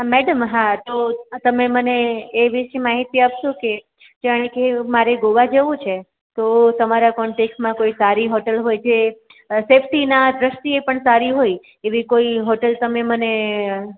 madam હા તો તમે મને એ વિશે માહિતી આપશો કે જાણે કે મારે ગોવા જવું છે તો તમારા કોન્ટેક્ટમાં કોઈ સારી હોટલ હોય છે જે સેફટીના દૃષ્ટિએ પણ સારી હોય એવી કોઈ હોટલ તમે મને